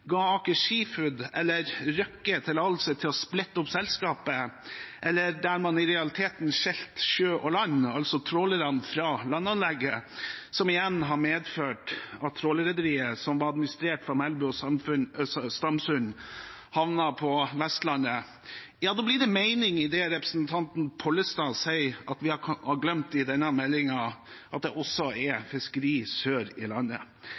Røkke tillatelse til å splitte opp selskapet, der man i realiteten skilte sjø og land, altså trålerne fra landanlegget, noe som igjen har medført at trålerrederiet som var administrert fra Melbu og Stamsund, havnet på Vestlandet. Ja, da blir det mening i det representanten Pollestad sier at vi har glemt i denne meldingen: at det også er fiskeri sør i landet.